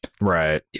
Right